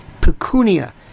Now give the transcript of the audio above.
pecunia